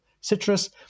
citrus